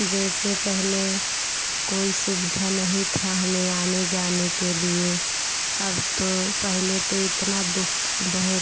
जैसे पहले कोई सुविधा नहीं था हमें आने जाने के लिए अब तो पहले तो इतना दुख बहुत